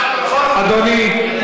אדוני,